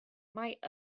might